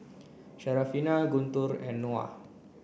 Syarafina Guntur and Noah